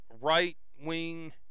right-wing